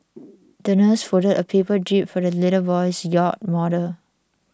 the nurse folded a paper jib for the little boy's yacht model